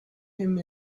him